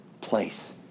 place